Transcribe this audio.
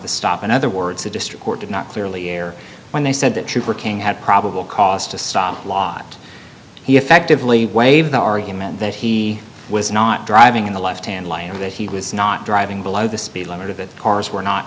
the stop in other words the district court did not clearly air when they said that trooper king had probable cause to stop a lot he effectively waived the argument that he was not driving in the left hand lane that he was not driving below the speed limit of the cars were not